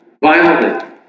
violently